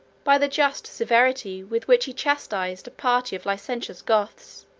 by the just severity with which he chastised a party of licentious goths,